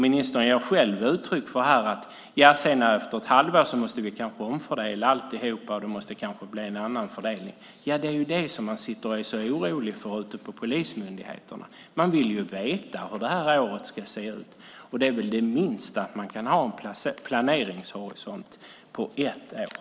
Ministern ger själv uttryck för att vi kanske efter ett halvår måste omfördela alltihop, och då måste det kanske bli en annan fördelning. Det är ju det som man är så orolig för ute på polismyndigheterna. Man vill veta hur det här året ska se ut. Det minsta man kan begära är väl att man kan ha en planeringshorisont på ett år.